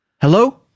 Hello